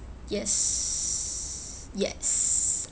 yes yes